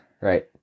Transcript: right